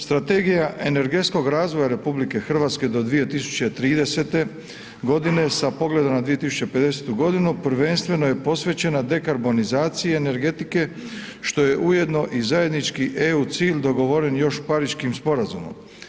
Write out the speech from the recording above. Strategija energetskog razvoja RH do 2030.g. sa pogledom na 2050.g. prvenstveno je posvećena dekarbonizaciji energetike što je ujedno i zajednički EU cilj dogovoren još Pariškim sporazumom.